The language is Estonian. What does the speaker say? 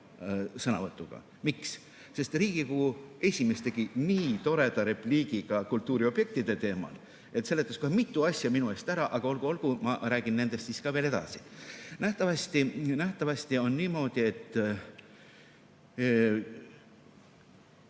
sõnavõtuga. Miks? Sest Riigikogu esimees tegi nii toreda repliigi ka kultuuriobjektide teemal, seletas kohe mitu asja minu eest ära, aga olgu-olgu, ma räägin nendest siis ka veel edasi. Nähtavasti on niimoodi, et